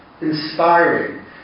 inspiring